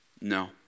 no